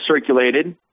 circulated